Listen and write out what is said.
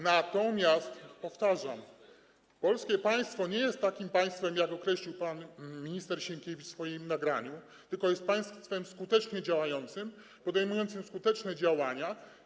Natomiast powtarzam: polskie państwo nie jest takim państwem, jak określił je pan minister Sienkiewicz w swoim nagraniu, tylko jest państwem skutecznie działającym, podejmującym skuteczne działania.